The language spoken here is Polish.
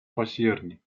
październik